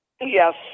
Yes